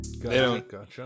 gotcha